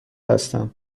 هستم